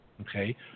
okay